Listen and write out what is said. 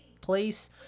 place